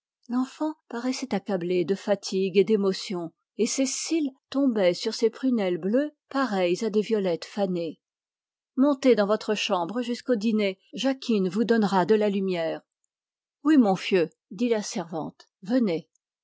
l'enfant paraissait accablé de fatigue et d'émotion et ses cils penchaient sur ses prunelles bleues pareilles à des violettes fanées montez dans votre chambre jusqu'au dîner jacquine vous donnera de la lumière oui mon fieu dit la servante venez